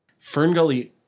Ferngully